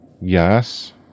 Yes